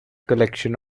collection